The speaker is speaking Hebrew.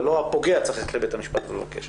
ולא הפוגע צריך ללכת לבית משפט ולבקש?